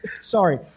Sorry